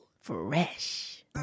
fresh